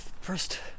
first